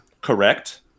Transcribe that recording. Correct